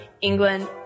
England